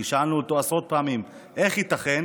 שאלנו אותו עשרות פעמים איך ייתכן